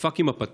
דפק עם הפטיש,